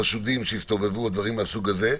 חשודים שהסתובבו או דברים מהסוג הזה,